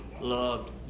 loved